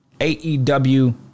AEW